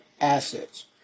assets